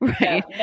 right